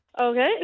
okay